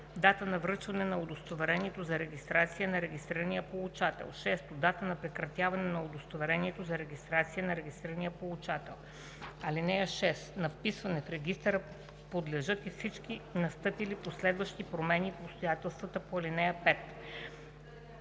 дата на връчване на удостоверението за регистрация на регистрирания получател; 6. дата на прекратяване на удостоверението за регистрация на регистрирания получател. (6) На вписване в регистъра подлежат и всички настъпили последващи промени в обстоятелствата по ал. 5.